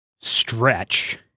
stretch